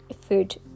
food